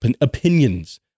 opinions